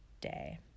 day